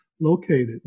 located